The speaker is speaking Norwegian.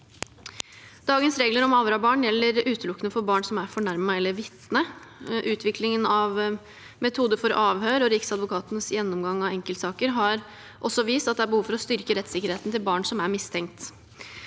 Dagens regler om avhør av barn gjelder utelukkende for barn som er fornærmet eller vitne. Utviklingen av metoder for avhør og Riksadvokatens gjennomgang av enkeltsaker har vist at det er behov for å styrke rettssikkerheten også for barn som er mistenkt.